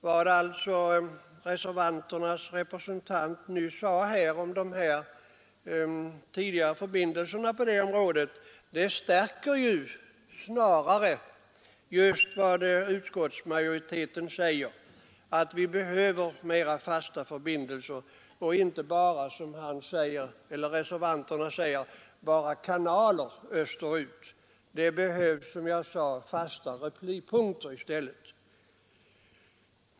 Vad alltså reservanternas representant nyss sade om de tidigare förbindelserna på det området stärker ju snarare just vad utskottsmajoriteten anför — att vi behöver mer fasta förbindelser och inte bara, som reservanterna säger, kanaler österut. Det behövs, som jag sade, i stället fasta replipunkter österut.